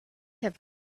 have